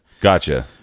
Gotcha